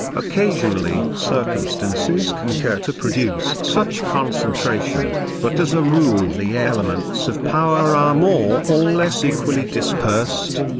occasionally circumstances concur to produce such concentration, but as a rule the elements of power are more or less equally dispersed.